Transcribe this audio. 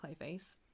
Clayface